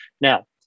Now